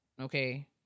Okay